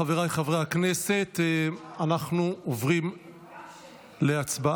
חבריי חברי הכנסת, אנחנו עוברים להצבעה.